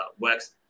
works